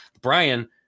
brian